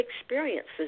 experiences